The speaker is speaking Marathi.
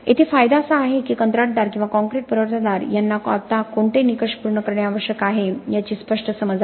येथे फायदा असा आहे की कंत्राटदार किंवा काँक्रीट पुरवठादार यांना आता कोणते निकष पूर्ण करणे आवश्यक आहे याची स्पष्ट समज आहे